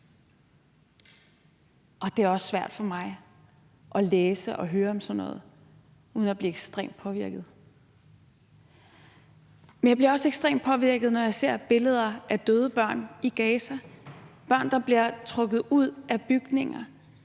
Og det også svært for mig at læse og høre om sådan noget uden at blive ekstremt påvirket. Men jeg bliver også ekstremt påvirket, når jeg ser billeder af døde børn i Gaza, børn, der bliver trukket ud af bygninger,